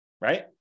Right